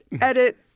edit